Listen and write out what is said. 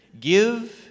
Give